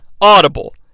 audible